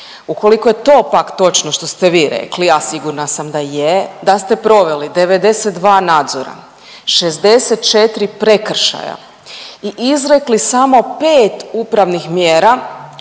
ukoliko je to pak točno što ste vi rekli, a sigurna sam da je da ste proveli 92 nadzora, 64 prekršaja i izrekli samo 5 upravnih mjera